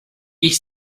ich